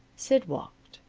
sid walked.